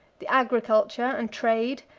the agriculture and trade,